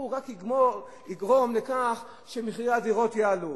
הוא רק יגרום לכך שמחירי הדירות יעלו.